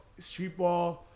streetball